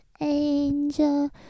angel